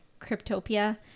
Cryptopia